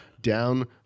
down